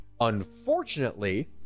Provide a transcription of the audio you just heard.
Unfortunately